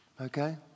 okay